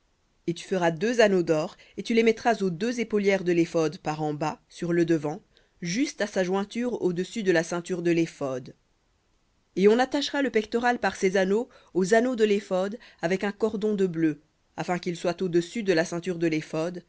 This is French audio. et tu feras deux anneaux d'or et tu les mettras aux deux épaulières de l'éphod par en bas sur le devant juste à sa jointure au-dessus de la ceinture de léphod et on attachera le pectoral par ses anneaux aux anneaux de l'éphod avec un cordon de bleu afin qu'il soit au-dessus de la ceinture de